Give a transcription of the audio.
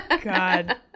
God